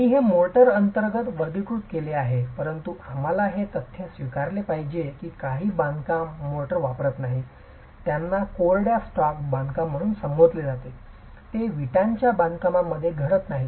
मी हे मोर्टार अंतर्गत वर्गीकृत केले आहे परंतु आम्हाला हे तथ्य स्वीकारले पाहिजे की काही बांधकाम मोर्टार वापरणार नाहीत त्यांना कोरड्या स्टॅक बांधकाम म्हणून संबोधले जाते ते वीटांच्या बांधकामांमध्ये घडत नाहीत